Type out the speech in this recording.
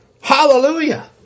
Hallelujah